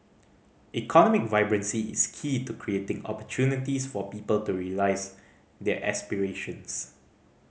economic vibrancy is key to creating opportunities for people to realise their aspirations